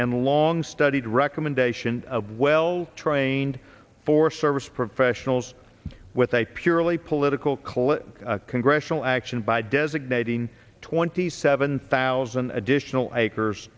and long studied recommendation of well trained forest service professionals with a purely political kola congressional action by designating twenty seven thousand additional acres